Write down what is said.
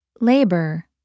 Labor